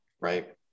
right